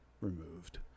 removed